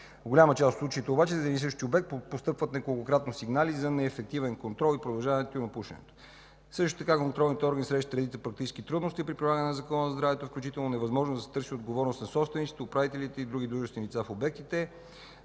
голяма част от случаите обаче за един и същи обект постъпват неколкократно сигнали за неефективен контрол и продължаване на тютюнопушенето. Също така контролните органи срещат редица практически трудности при прилагане на Закона за здравето, включително невъзможност да се търси отговорност на собствениците, управителите и други длъжностни лица в обектите,